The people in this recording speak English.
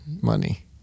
money